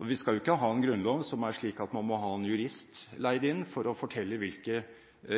Og vi skal jo ikke ha en grunnlov som er slik at man må leie inn en jurist for å fortelle hvilke